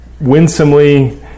winsomely